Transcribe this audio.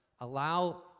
Allow